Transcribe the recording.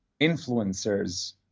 influencers